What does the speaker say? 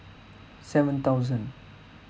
seven thousand